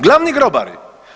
Glavi grobari.